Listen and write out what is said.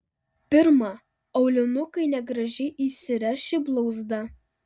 pirma aulinukai negražiai įsiręš į blauzdą